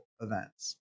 events